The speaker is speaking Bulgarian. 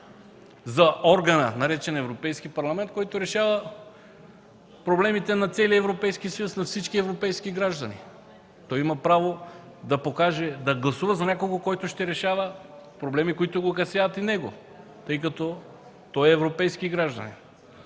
за органа, наречен Европейски парламент, който решава проблемите на целия Европейски съюз на всички европейски граждани. Той има право да гласува за някого, който ще решава проблеми, които го касаят и него, тъй като той е европейски гражданин.